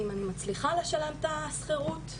אם אני מצליחה לשלם את השכירות,